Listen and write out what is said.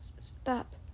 stop